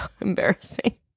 embarrassing